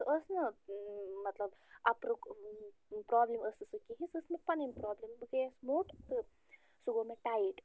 سۄ ٲس نہٕ مطلَب اَپرُک پرٛابلِم ٲس نہٕ سۄ کِہیٖنۍ سۄ ٲس مےٚ پَنٕنۍ پرٛابلِم بہٕ گٔیَس موٹ تہٕ سُہ گوٚو مےٚ ٹایِٹ